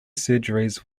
surgeries